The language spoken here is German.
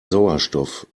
sauerstoff